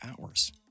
hours